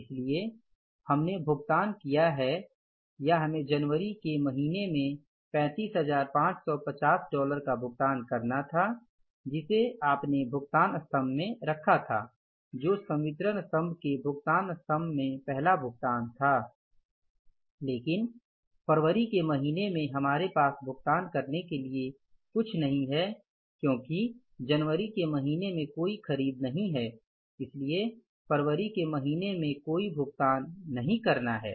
इसलिए हमने भुगतान किया है या हमें जनवरी के महीने में 35550 डॉलर का भुगतान करना था जिसे आपने भुगतान स्तम्भ में रखा था जो संवितरण स्तम्भ के भुगतान स्तम्भ में पहला भुगतान था लेकिन फरवरी के महीने में हमारे पास भुगतान करने के लिए कुछ नहीं है क्योंकि जनवरी के महीने में कोई खरीद नहीं है इसलिए फरवरी के महीने में कोई भुगतान नहीं करना है